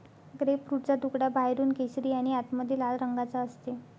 ग्रेपफ्रूटचा तुकडा बाहेरून केशरी आणि आतमध्ये लाल रंगाचा असते